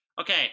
Okay